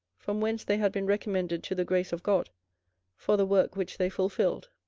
from whence they had been recommended to the grace of god for the work which they fulfilled.